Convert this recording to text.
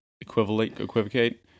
equivocate